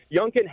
Youngkin